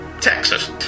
Texas